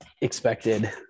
expected